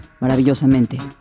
maravillosamente